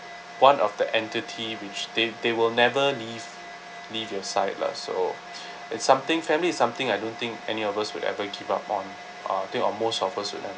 one of the entity which they they will never leave leave your side lah so it's something family is something I don't think any of us would ever give up on ah I think ah most of us would have